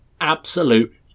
absolute